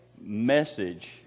message